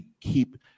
keep